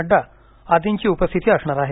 नड्डा आदींची उपस्थिती असणार आहे